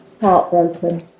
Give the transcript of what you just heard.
heartbroken